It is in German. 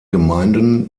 gemeinden